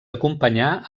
acompanyar